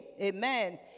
Amen